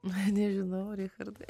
na nežinau richardas